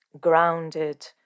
grounded